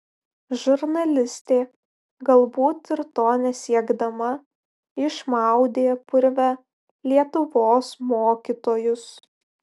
žurnalistė galbūt ir to nesiekdama išmaudė purve lietuvos mokytojus